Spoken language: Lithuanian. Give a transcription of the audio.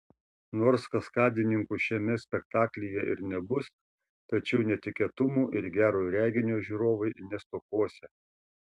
nors kaskadininkų šiame spektaklyje ir nebus tačiau netikėtumų ir gero reginio žiūrovai nestokosią